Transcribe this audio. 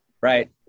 right